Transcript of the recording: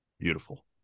Beautiful